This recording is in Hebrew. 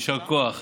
יישר כוח.